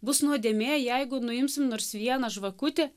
bus nuodėmė jeigu nuimsim nors vieną žvakutę